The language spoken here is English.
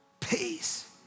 Peace